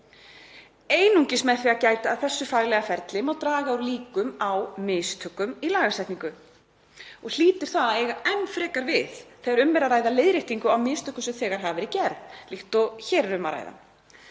Einungis með því að gæta að þessu faglega ferli má draga úr líkum á mistökum í lagasetningu. Hlýtur það að eiga enn frekar við þegar um er að ræða leiðréttingu á mistökum sem þegar hafa verið gerð líkt og hér er um að ræða.